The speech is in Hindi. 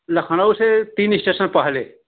लखनऊ से तीन इस्टेशन पहले